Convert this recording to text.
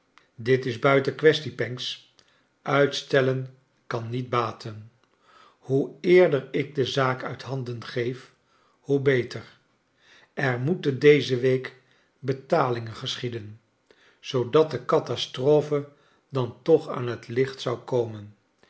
dit is buiten kwestie pancks uitstellen kan niet baten hoe eerder ik de zaak uit handen geef hoe beteiv er moeten deze week betalingen geschieden zoodat de catastrophe dan toch aan het licht zou komen